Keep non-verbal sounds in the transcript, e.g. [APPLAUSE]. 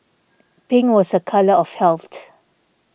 pink was a colour of [UNINTELLIGIBLE]